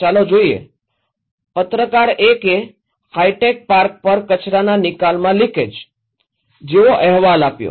ચાલો જોઈએ પત્રકાર ૧એ હાઇટેક પાર્ક પર કચરાના નિકાલમાં લિકેજ જેવો અહેવાલ આપ્યો